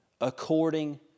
according